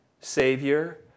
Savior